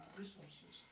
resources